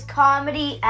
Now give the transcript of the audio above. comedy